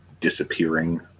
disappearing